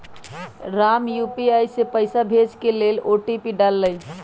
Ram UPI से पइसा भेजे के लेल ओ.टी.पी डाललई